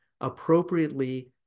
appropriately